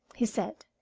he said.